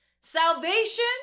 Salvation